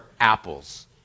apples